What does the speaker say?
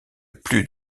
plus